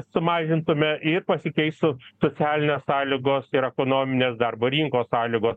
sumažintume ir pasikeistų socialinės sąlygos ir ekonominės darbo rinkos sąlygos